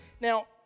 Now